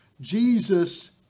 Jesus